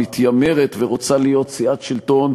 המתיימרת ורוצה להיות סיעת שלטון,